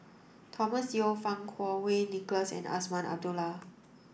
Thomas Yeo Fang Kuo Wei Nicholas and Azman Abdullah